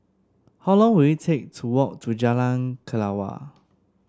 how long will it take to walk to Jalan Kelawar